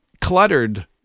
cluttered